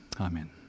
Amen